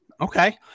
Okay